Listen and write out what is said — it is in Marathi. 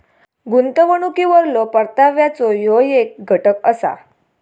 गुंतवणुकीवरलो परताव्याचो ह्यो येक घटक असा